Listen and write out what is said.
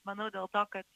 manau dėl to kad